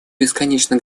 бесконечно